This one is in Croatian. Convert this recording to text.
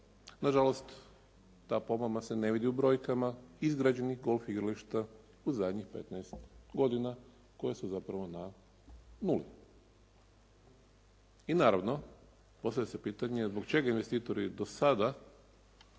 Na žalost ta pomama se ne vidi u brojkama izgrađenih golf igrališta u zadnjih 15 godina, koji su zapravo na nuli. I naravno, postavlja se pitanje zbog čega investitori sada kao